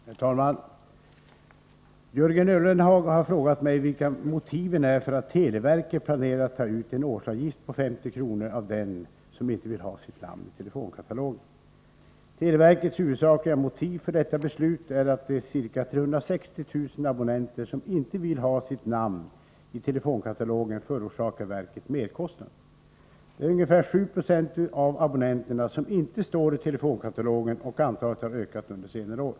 Herr talman! Jörgen Ullenhag har frågat mig, vilka motiven är för att televerket planerar att ta ut en årsavgift på 50 kronor av den som inte vill ha sitt namn i telefonkatalogen. Televerkets huvudsakliga motiv för detta beslut är att de ca 360 000 abonnenter som inte vill ha sitt namn i telefonkatalogen förorsakar verket merkostnader. Det är ungefär 790 av abonnenterna som inte står i telefonkatalogen och antalet har ökat under senare år.